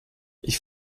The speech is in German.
ich